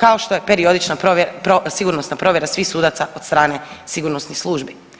kao što je periodična sigurnosna provjera svih sudaca od strane sigurnosnih službi.